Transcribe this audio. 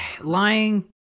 lying